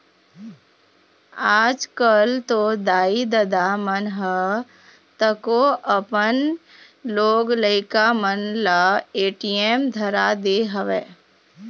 आजकल तो दाई ददा मन ह तको अपन लोग लइका मन ल ए.टी.एम धरा दे हवय